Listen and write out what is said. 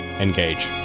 engage